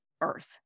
earth